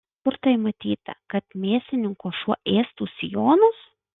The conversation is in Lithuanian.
kur tai matyta kad mėsininko šuo ėstų sijonus